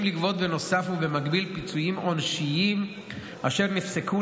לגבות בנוסף ובמקביל פיצויים עונשיים אשר נפסקו